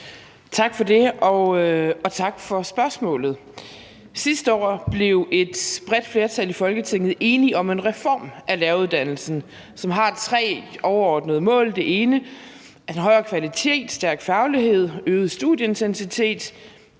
Tak for det, og tak for spørgsmålet. Sidste år blev et bredt flertal i Folketinget enige om en reform af læreruddannelsen. Den har tre overordnede mål. Det ene er en højere kvalitet, stærk faglighed og øget studieintensitet.